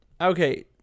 Okay